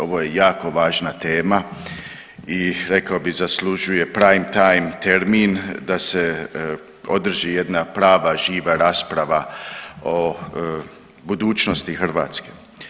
Ovo je jako važna tema i rekao bih zaslužuje prime time termin da se održi jedna prava, živa rasprava o budućnosti Hrvatske.